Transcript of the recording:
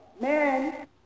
Man